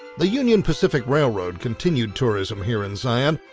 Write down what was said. the union pacific railroad continued tourism here in zion,